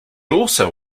also